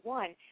one